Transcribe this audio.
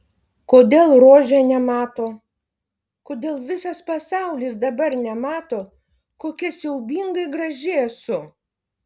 kodėl rožė nemato kodėl visas pasaulis dabar nemato kokia siaubingai graži esu